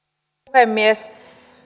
puhemies